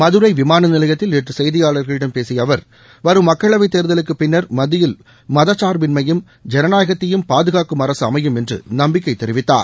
மதுரை விமான நிலையத்தில் நேற்று செய்தியாளர்களிடம் பேசிய அவர் வரும் மக்களவைத் தேர்தலுக்குப் பின்னர் மத்தியில் மதச்சார்பின்மையையும் ஜனநாயகத்தையும் பாதுகாக்கும் அரசு அமையும் என்று நம்பிக்கை தெரிவித்தார்